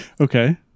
Okay